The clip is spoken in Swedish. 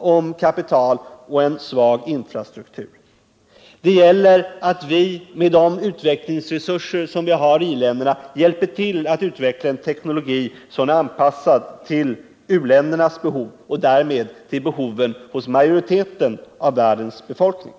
om kapital och en svag infrastruktur. Det gäller därför att vi, med de utvecklingsresurser som vi har i i-länderna, hjälper till att utveckla en teknologi som är anpassad till uländernas behov och därmed till behoven hos majoriteten av världens befolkning.